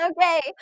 okay